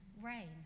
rain